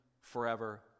forever